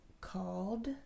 called